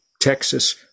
Texas